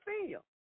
feel